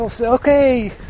Okay